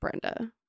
Brenda